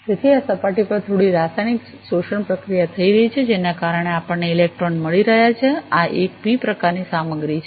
તેથી આ સપાટી પર થોડી રાસાયણિક શોષણ પ્રક્રિયા થઈ રહી છે જેના કારણે આપણને ઇલેક્ટ્રોન મળી રહ્યા છે આ એક પી પ્રકારની સામગ્રી છે